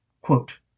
Quote